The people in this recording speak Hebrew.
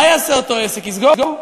מה יעשה אותו עסק, יסגור?